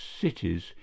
cities